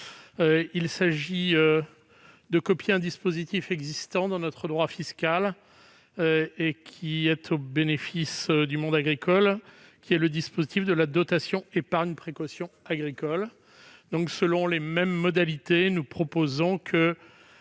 Il s'agit de copier un dispositif existant dans notre droit fiscal au bénéfice du monde agricole, celui de la dotation épargne précaution agricole. Selon les mêmes modalités, nous proposons que